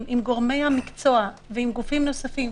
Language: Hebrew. עם גורמי המקצוע ועם גופים נוספים,